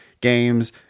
games